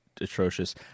atrocious